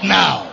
now